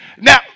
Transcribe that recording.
Now